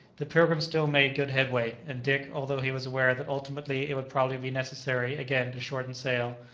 the pilgrim still made good headway, and dick, although he was aware that ultimately it would probably be necessary again to shorten sail,